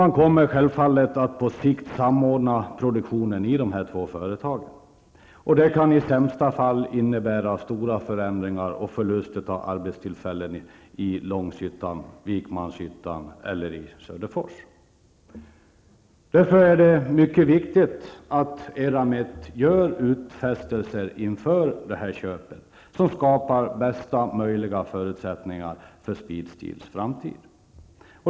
Man kommer självfallet att på sikt samordna produktionen i de två företagen, vilket i sämsta fall kan innebära stora förändringar och förlust av arbetstillfällen i Därför är det mycket viktigt att Eramet gör utfästelser inför köpet som skapar bästa möjliga förutsättningar för Kloster Speedsteels framtid.